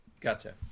gotcha